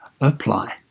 apply